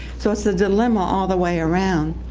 so it's the dilemma all the way around,